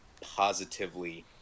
positively